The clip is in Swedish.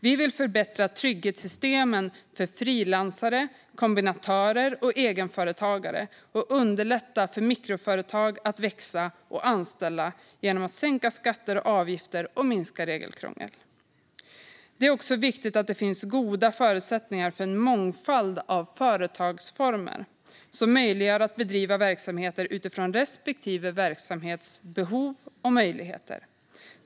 Vi vill förbättra trygghetssystemen för frilansare, kombinatörer och egenföretagare och underlätta för mikroföretag att växa och anställa genom att sänka skatter och avgifter och minska regelkrångel. Det är också viktigt att det finns goda förutsättningar för en mångfald av företagsformer som möjliggör att bedriva verksamheter utifrån respektive verksamhets behov och möjligheter.